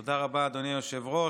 תודה רבה, אדוני היושב-ראש.